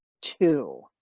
two